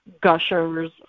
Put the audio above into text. Gushers